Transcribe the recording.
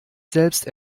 selbst